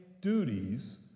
duties